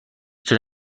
چرا